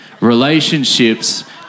relationships